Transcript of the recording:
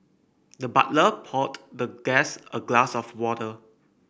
the butler poured the guest a glass of water